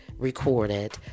Recorded